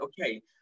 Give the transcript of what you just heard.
okay